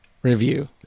Review